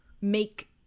make